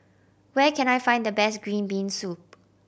where can I find the best green bean soup